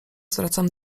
zwracam